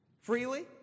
Freely